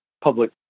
public